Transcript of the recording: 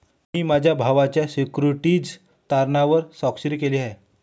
मी माझ्या भावाच्या सिक्युरिटीज तारणावर स्वाक्षरी केली आहे